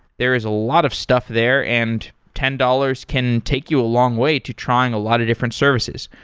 there is a lot of stuff there, and ten dollars can take you a long way to trying a lot of different services.